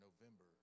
November